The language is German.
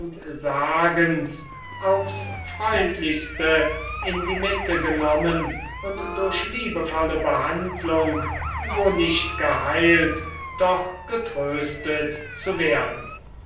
aufs freundlichste in die mitte genommen und durch liebevolle behandlung wo nicht geheilt doch getröstet zu werden